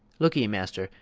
look'ee, master,